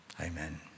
Amen